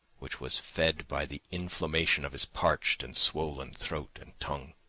which was fed by the inflammation of his parched and swollen throat and tongue.